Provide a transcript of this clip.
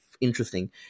interesting